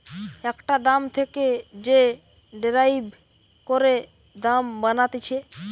একটা দাম থেকে যে ডেরাইভ করে দাম বানাতিছে